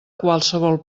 qualsevol